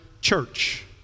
church